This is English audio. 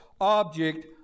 object